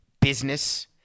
business